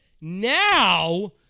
Now